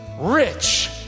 rich